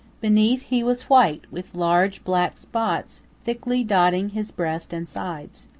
beneath he was white with large, black spots thickly dotting his breast and sides.